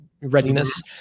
readiness